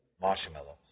marshmallows